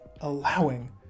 allowing